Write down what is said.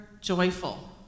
joyful